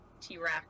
t-rex